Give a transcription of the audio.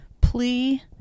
plea